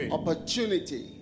opportunity